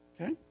Okay